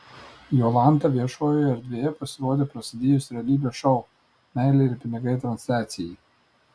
jolanta viešojoje erdvėje pasirodė prasidėjus realybės šou meilė ir pinigai transliacijai